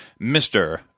Mr